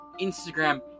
Instagram